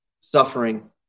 suffering